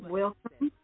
welcome